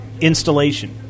installation